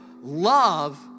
love